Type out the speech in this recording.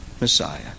Messiah